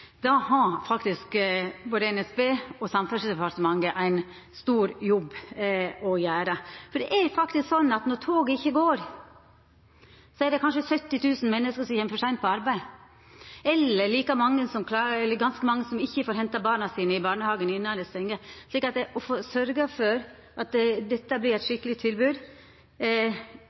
har faktisk både NSB og Samferdselsdepartementet ein stor jobb å gjera. Det er faktisk slik at når toget ikkje går, er det kanskje 70 000 menneske som kjem for seint på arbeid, eller ganske mange som ikkje får henta barna sine i barnehagen innan det stengjer, så å sørgja for at dette vert eit skikkeleg tilbod,